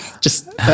Just-